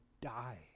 die